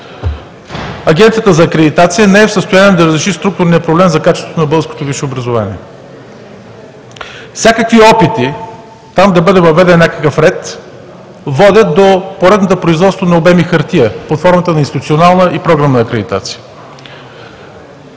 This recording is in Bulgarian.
Агенцията за акредитация не е в състояние да защити структурния проблем за качеството на българското висше образование. Всякакви опити там да бъде въведен някакъв ред водят до поредното производство на обеми хартия под формата на институционална и програмна акредитация.